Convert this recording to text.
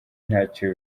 ntacyo